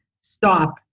stop